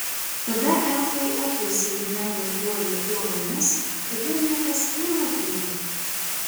tada elfai apjuosė jų meilės guolį uolomis kad jų niekas nematytų